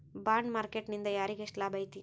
Bond market ನಿಂದಾ ಯಾರಿಗ್ಯೆಷ್ಟ್ ಲಾಭೈತಿ?